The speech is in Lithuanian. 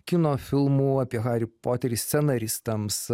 kino filmų apie harį poterį scenaristams